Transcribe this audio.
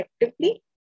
effectively